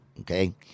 Okay